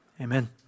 amen